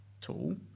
tool